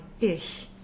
ich